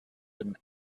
him